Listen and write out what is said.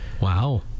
Wow